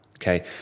Okay